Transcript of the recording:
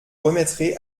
remettrai